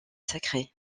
sacré